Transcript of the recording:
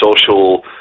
social